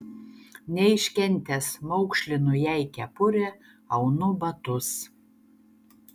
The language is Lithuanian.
neiškentęs maukšlinu jai kepurę aunu batus